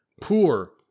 poor